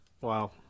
Wow